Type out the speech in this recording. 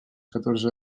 catorze